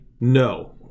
No